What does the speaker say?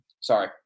Sorry